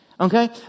Okay